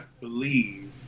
believe